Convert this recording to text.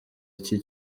iki